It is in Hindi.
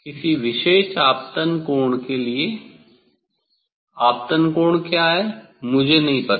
किसी विशेष आपतन कोण के लिए आपतन कोण क्या है मुझे नहीं पता